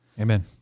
Amen